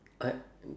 I